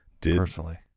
personally